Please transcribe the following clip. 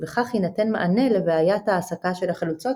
ובכך יינתן מענה לבעיית ההעסקה של החלוצות,